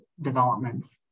developments